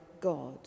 God